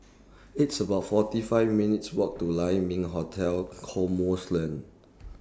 It's about forty five minutes' Walk to Lai Ming Hotel